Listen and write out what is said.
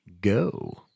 go